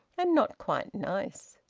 and not quite nice.